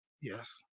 yes